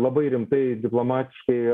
labai rimtai ir diplomatiškai